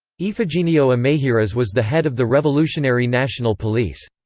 efigenio ameijeiras was the head of the revolutionary national police.